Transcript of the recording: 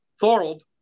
Thorold